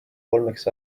kolmeks